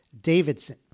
Davidson